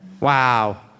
Wow